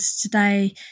today